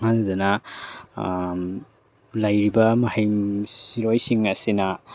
ꯃꯗꯨꯗꯨꯅ ꯂꯩꯔꯤꯕ ꯃꯍꯩꯔꯣꯏꯁꯤꯡ ꯑꯁꯤꯅ